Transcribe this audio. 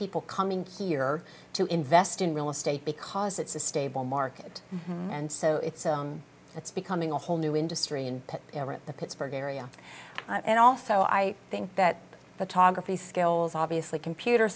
people coming here to invest in real estate because it's a stable market and so it's it's becoming a whole new industry in the pittsburgh area and also i think that the togolese skills obviously computer